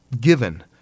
given